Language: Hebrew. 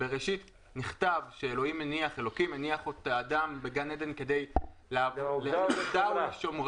בבראשית נכתב שאלוקים הניח את האדם בגן העדן כדי "לעובדה ולשומרה".